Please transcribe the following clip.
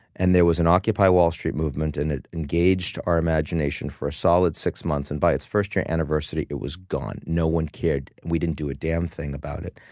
and there was an occupy wall street movement, and it engaged our imagination for a solid six months, and by its first-year anniversary, it was gone. no one cared. we didn't do a damn thing about it.